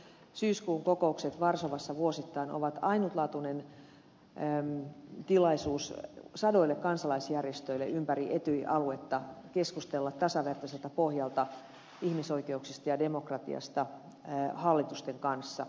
syyskuun kokoukset varsovassa vuosittain ovat ainutlaatuinen tilaisuus sadoille kansalaisjärjestöille ympäri etyj aluetta keskustella tasavertaiselta pohjalta ihmisoikeuksista ja demokratiasta hallitusten kanssa